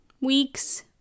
weeks